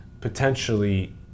potentially